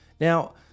Now